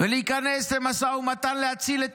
"להיכנס במשא מתן --- להציל את